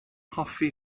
hoffi